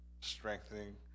strengthening